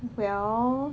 well